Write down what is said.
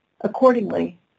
accordingly